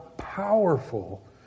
powerful